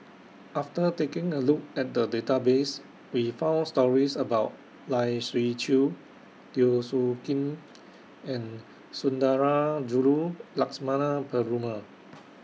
after taking A Look At The Database We found stories about Lai Siu Chiu Teo Soon Kim and Sundarajulu Lakshmana Perumal